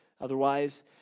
Otherwise